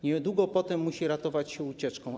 Niedługo po tym musi ratować się ucieczką.